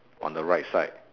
on the right side